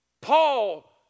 Paul